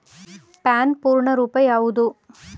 PAN ಪೂರ್ಣ ರೂಪ ಯಾವುದು?